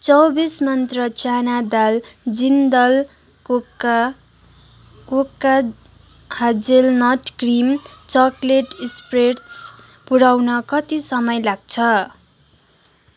चौबिस मन्त्रा चाना दाल र जिन्दल cocoa cocoa hazelnut cream chocolate spreads पुऱ्याउन कति समय लाग्छ